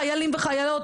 חיילים וחיילות,